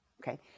okay